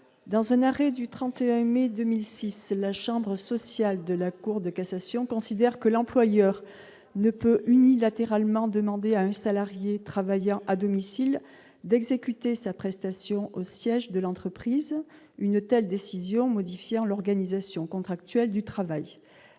dans un arrêt du 31 mai 2006, la chambre sociale de la Cour de cassation considère que l'employeur ne peut unilatéralement, demander à un salarié travaillant à domicile d'exécuter sa prestation au siège de l'entreprise, une telle décision, modifiant l'organisation contractuel du travail,